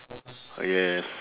ah yes